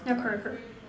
yeah correct correct